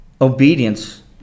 obedience